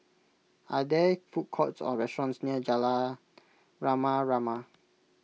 are there food courts or restaurants near Jalan Rama Rama